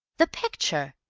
the picture.